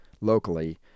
locally